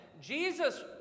Jesus